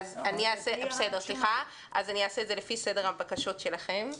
אעשה זאת לפי סדר הבקשות שלכם.